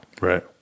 Right